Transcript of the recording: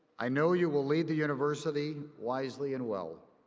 i know you will lead the university wisely and well.